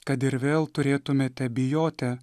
kad ir vėl turėtumėte bijoti